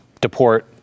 deport